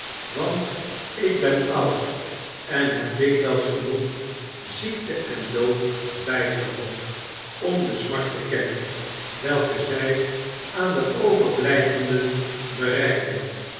want ik ben oud en heb dikwijls genoeg ziekte en dood bijgewoond om de smart te kennen welke zij aan de overblijvenden bereiden